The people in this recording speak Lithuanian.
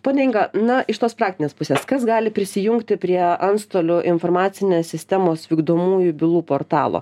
ponia inga na iš tos praktinės pusės kas gali prisijungti prie antstolių informacinės sistemos vykdomųjų bylų portalo